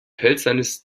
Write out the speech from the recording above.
hölzernes